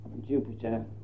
jupiter